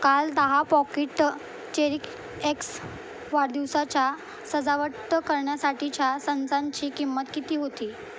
काल दहा पॉकेट चेरीएक्स वाढदिवसाच्या सजावट करण्यासाठीच्या संचांची किंमत किती होती